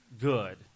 good